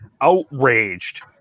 outraged